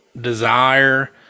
desire